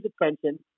attention